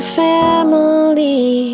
family